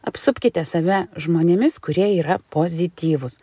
apsupkite save žmonėmis kurie yra pozityvūs